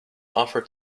offer